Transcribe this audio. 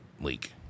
leak